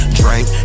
drink